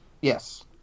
yes